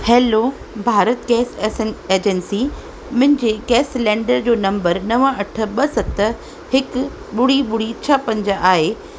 hello Bharat gas एसे agency मुंहिंजे gas cylinder जो नंबर नव अठ ॿ सत हिकु ॿुड़ी ॿुड़ी छह पंज आहे